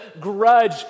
grudge